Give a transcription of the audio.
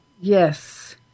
Yes